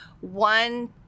one